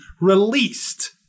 released